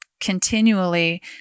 continually